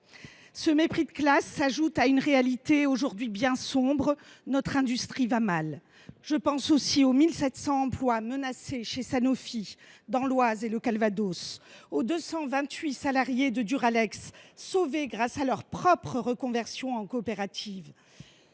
ce mépris de classe s’ajoute une réalité aujourd’hui bien sombre : notre industrie va mal. Je pense aussi aux 1 700 emplois menacés chez Sanofi, dans l’Oise et le Calvados, ainsi qu’aux 228 salariés de Duralex, sauvés par leur reconversion en coopérative.